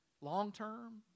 long-term